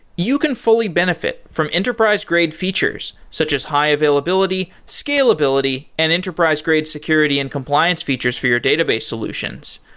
you can fully benefit from enterprise-grade features, such as high-availability, scalability and enterprise-grade security and compliance features for your database solutions.